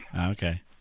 Okay